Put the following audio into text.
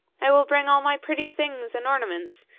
i will bring all my pretty things and ornaments,